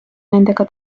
nendega